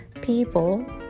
people